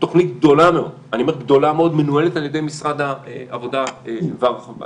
תוכנית גדולה מאוד; מנוהלת על ידי משרד העבודה והרווחה;